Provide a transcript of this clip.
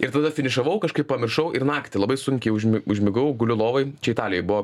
ir tada finišavau kažkaip pamiršau ir naktį labai sunkiai užmi užmigau guliu lovoj čia italijoj buvo